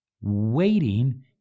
Waiting